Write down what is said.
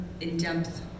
in-depth